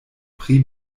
pri